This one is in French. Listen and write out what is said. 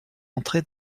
entré